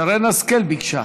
שרן השכל ביקשה,